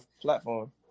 platform